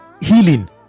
healing